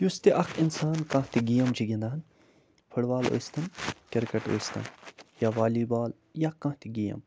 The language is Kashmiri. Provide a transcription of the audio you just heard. یُس تہِ اَکھ اِنسان کانٛہہ تہِ گیم چھِ گِنٛدان فُٹ بال ٲسۍتَن کِرکَٹ ٲسۍتَن یا والی بال یا کانٛہہ تہِ گیم